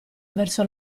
verso